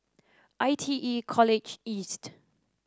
I T E College East